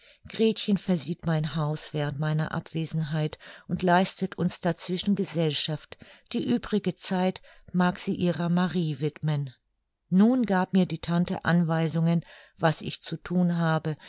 gretchen versieht mein haus während meiner abwesenheit und leistet uns dazwischen gesellschaft die übrige zeit mag sie ihrer marie widmen nun gab mir die tante anweisungen was ich zu thun habe